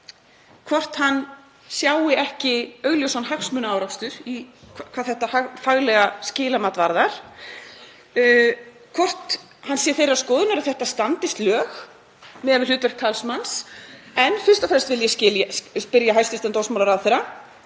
hvort hann sjái ekki augljósan hagsmunaárekstur við þetta faglega skilamat, hvort hann sé þeirrar skoðunar að þetta standist lög miðað við hlutverk talsmanns. En fyrst og fremst vil ég spyrja ég hæstv. dómsmálaráðherra: